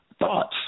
Thoughts